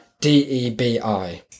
D-E-B-I